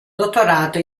dottorato